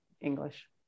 English